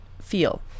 feel